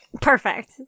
perfect